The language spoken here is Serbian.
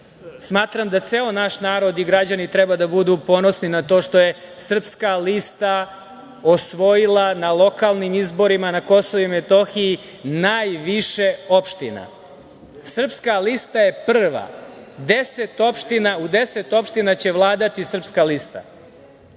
Smatram da ceo naš narod i građani treba da budu ponosni na to što je Srpska lista osvojila na lokalnim izborima na Kosovu i Metohiji najviše opština. Srpska lista je prva, u deset opština će vladati Srpska lista,